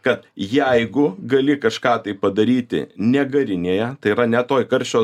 kad jeigu gali kažką tai padaryti ne garinėje tai yra ne toj karščio